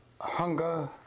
hunger